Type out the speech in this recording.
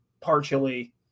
partially